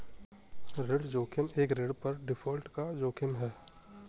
ऋण जोखिम एक ऋण पर डिफ़ॉल्ट का जोखिम है